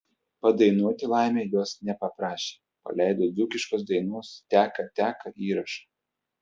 padainuoti laimei jos nepaprašė paleido dzūkiškos dainos teka teka įrašą